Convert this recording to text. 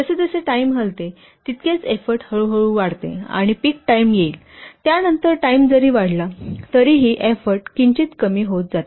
जसजसे टाइम हलवते तितकेच एफ्फोर्ट हळूहळू वाढते आणि पीक टाइम येईल आणि त्यानंतर टाइम जरी वाढला तरीही एफ्फोर्ट किंचित कमी होत जातील